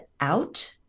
out